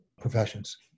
professions